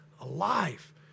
alive